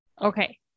Okay